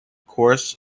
course